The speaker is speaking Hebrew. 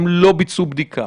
לא ביצעו בדיקה.